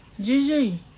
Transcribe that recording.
Gigi